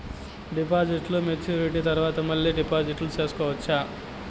డిపాజిట్లు మెచ్యూరిటీ తర్వాత మళ్ళీ డిపాజిట్లు సేసుకోవచ్చా?